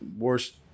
worst